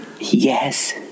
Yes